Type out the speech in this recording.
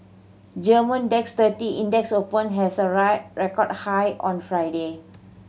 Germany DAX thirty Index opened has a record high on Friday